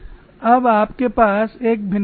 अब आपके पास एक भिन्नता है